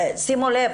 שימו לב,